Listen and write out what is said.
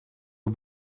эта